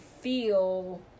feel